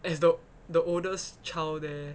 as the the oldest child there